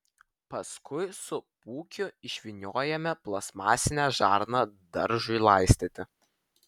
paskui su pūkiu išvyniojame plastmasinę žarną daržui laistyti